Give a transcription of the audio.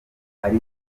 ari